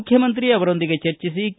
ಮುಖ್ಚಮಂತ್ರಿ ಅವರೊಂದಿಗೆ ಚರ್ಚಿಸಿ ಕೆ